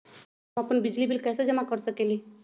हम अपन बिजली बिल कैसे जमा कर सकेली?